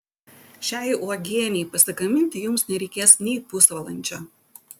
šiai uogienei pasigaminti jums nereikės nei pusvalandžio